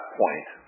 point